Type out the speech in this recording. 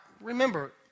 remember